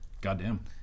Goddamn